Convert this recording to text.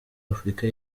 afurika